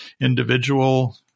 individual